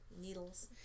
needles